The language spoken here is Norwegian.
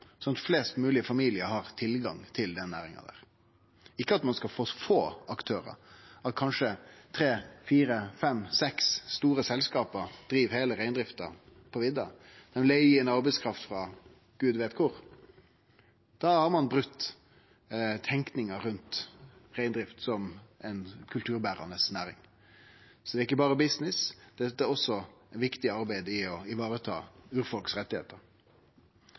flest mogleg familiar har tilgang til denne næringa, ikkje at ein skal få få aktørar, at kanskje tre–fire–fem–seks store selskap driv heile reindrifta på vidda, dei leiger inn arbeidskraft frå gud veit kvar. Da har ein brote tenkinga rundt reindrift som ei kulturberande næring. Så dette er ikkje berre business, det er også eit viktig arbeid for å